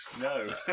No